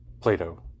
Plato